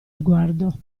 sguardo